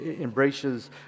embraces